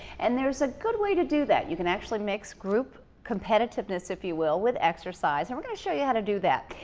and there's a good way to do that. you can actually mix group competitiveness, if you will, with exercise and we're going to show you how to do that.